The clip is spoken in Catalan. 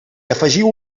afegiu